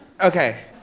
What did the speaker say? Okay